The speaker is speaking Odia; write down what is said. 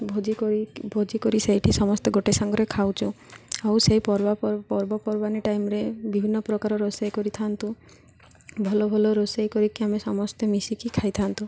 ଭୋଜି କରି ଭୋଜି କରି ସେଇଠି ସମସ୍ତେ ଗୋଟେ ସାଙ୍ଗରେ ଖାଉଛୁ ଆଉ ସେଇ ପର୍ବପର୍ବାଣୀ ଟାଇମ୍ରେ ବିଭିନ୍ନ ପ୍ରକାର ରୋଷେଇ କରିଥାନ୍ତୁ ଭଲ ଭଲ ରୋଷେଇ କରିକି ଆମେ ସମସ୍ତେ ମିଶିକି ଖାଇଥାନ୍ତୁ